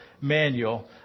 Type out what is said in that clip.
manual